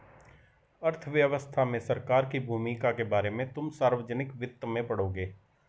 अर्थव्यवस्था में सरकार की भूमिका के बारे में तुम सार्वजनिक वित्त में पढ़ोगे